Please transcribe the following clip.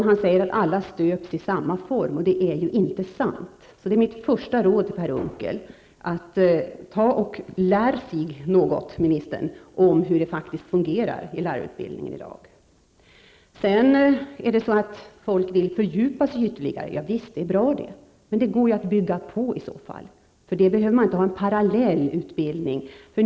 Han säger att alla stöps i samma form, men det är inte sant. Mitt första råd till Per Unckel är att ministern bör ta och lära sig något om hur det faktiskt fungerar inom dagens lärarutbildning. Visst är det bra om människor vill fördjupa sig ytterligare. Men det går ju i så fall att bygga på. Det är inte nödvändigt med en parallell utbildning.